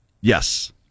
yes